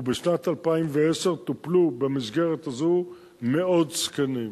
ובשנת 2010 טופלו במסגרת הזאת מאות זקנים.